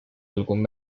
algún